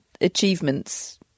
achievements